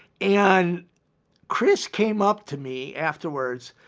and chris came up to me afterwards.